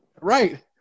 Right